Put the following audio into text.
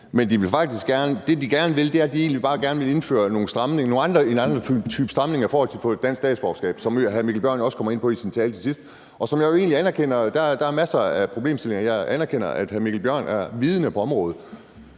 de egentlig bare vil indføre en anden type stramninger i forhold til at få dansk statsborgerskab, som hr. Mikkel Bjørn også kommer ind på i sin tale til sidst. Og som jeg jo egentlig anerkender, er der masser af problemstillinger. Jeg anerkender, at hr. Mikkel Bjørn er vidende på området,